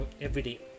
everyday